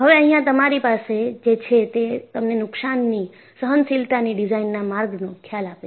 હવે અહિયાં તમારી પાસે જે છે તે તમને નુકશાનની સહ્ન્શીલતાની ડિઝાઇનના માર્ગ નો ખ્યાલ આપે છે